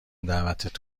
دعوتت